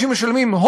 תודה רבה.